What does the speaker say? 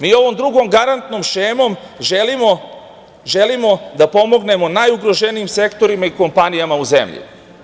Mi ovom drugom garantnom šemom želimo da pomognemo najugroženijim sektorima i kompanijama u zemlji.